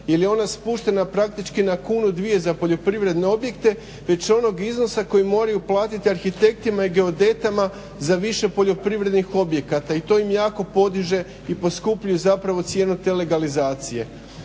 jer je ona spuštena praktički na kunu, dvije, za poljoprivredne objekte već je onog iznosa koji moraju platiti arhitektima i geodetama za više poljoprivrednih objekata i to im jako podiže i poskupljuje zapravo cijenu te legalizacije.